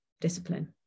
discipline